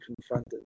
confronted